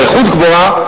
והאיכות גבוהה,